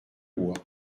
bois